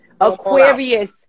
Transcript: Aquarius